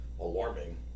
alarming